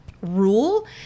rule